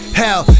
hell